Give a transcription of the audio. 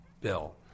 Bill